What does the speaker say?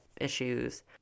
issues